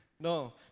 No